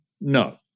No